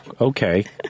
okay